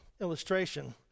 illustration